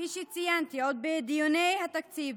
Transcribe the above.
כפי שציינת עוד בדיוני התקציב,